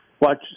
Watch